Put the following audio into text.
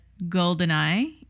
GoldenEye